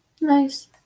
Nice